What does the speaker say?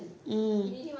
mm